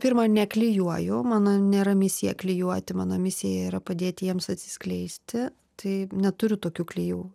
pirma neklijuoju mano nėra misija klijuoti mano misija yra padėt jiems atsiskleisti tai neturiu tokių klijų